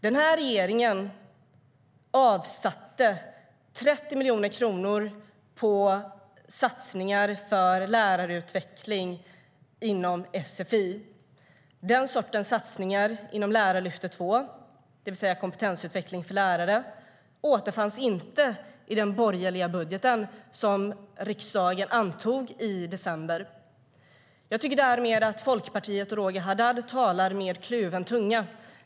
Den här regeringen avsatte 30 miljoner kronor för satsningar på lärarutveckling inom sfi. Den sortens satsningar inom Lärarlyftet II, det vill säga kompetensutveckling för lärare, återfanns inte i den borgerliga budget som riksdagen antog i december. Jag tycker därmed att Folkpartiet och Roger Haddad talar med kluven tunga.